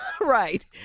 Right